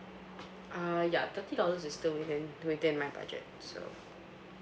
uh ya thirty dollars is still within within my budget so